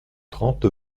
trente